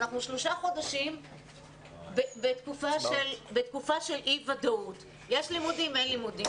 אנחנו שלושה חודשים בתקופה של אי ודאות - יש לימודים - אין לימודים.